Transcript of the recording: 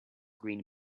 green